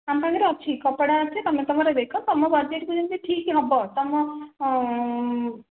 ଆମ ପାଖରେ ଅଛି କପଡ଼ା ଅଛି ତୁମେ ତୁମର ଦେଖ ତୁମ ବଜେଟ୍କୁ ଯେମିତି ଠିକ୍ ହେବ ତୁମ